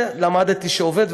למדתי שזה עובד,